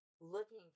looking